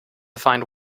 find